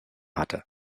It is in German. hatte